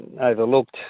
overlooked